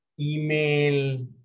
email